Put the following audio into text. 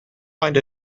find